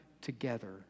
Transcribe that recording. together